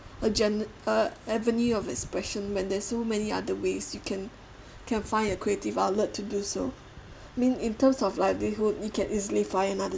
a gen~ uh avenue of expression when there's so many other ways you can can find a creative outlet to do so mean in terms of livelihood you can easily find another